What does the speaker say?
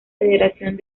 federación